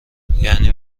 یعنی